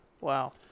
Wow